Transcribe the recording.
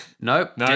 Nope